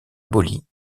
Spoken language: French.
abolie